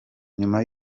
nyuma